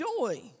joy